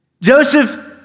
Joseph